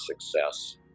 success